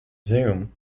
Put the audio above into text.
zoom